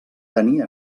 tenir